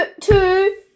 Two